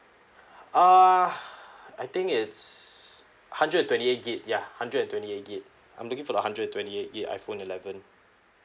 uh I think it's hundred and twenty eight G_B yeah hundred and twenty eight G_B I'm looking for the hundred twenty eighty iphone eleven